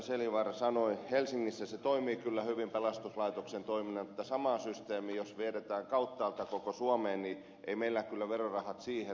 seljavaara sanoi helsingissä se toimii kyllä hyvin pelastuslaitoksen toimena mutta jos sama systeemi vedetään kauttaaltaan koko suomeen niin ei meillä kyllä verorahat siihen riitä